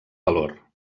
valor